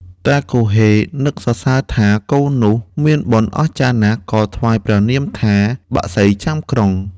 តាគហ៊េនឹកសរសើរថា កូននោះមានបុណ្យអស្ចារ្យណាស់ ក៏ថ្វាយព្រះនាមថា " បក្សីចាំក្រុង " ។